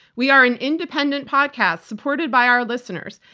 we are an independent podcast supported by our listeners.